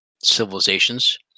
civilizations